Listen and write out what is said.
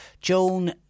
Joan